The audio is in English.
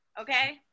okay